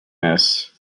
this